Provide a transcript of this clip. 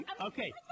okay